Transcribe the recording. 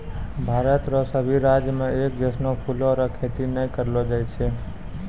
भारत रो सभी राज्य मे एक जैसनो फूलो रो खेती नै करलो जाय छै